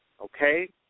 okay